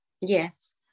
Yes